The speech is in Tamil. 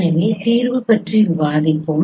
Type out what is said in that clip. எனவே தீர்வு பற்றி விவாதிப்போம்